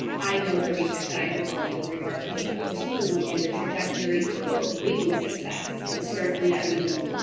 i know the research that i've been following with regard to fourteen and the trajectory for reading success and certainly that reading